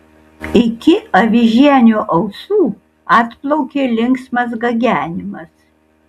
iki avižienio ausų atplaukė linksmas gagenimas